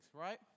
right